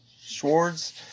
Schwartz